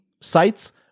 sites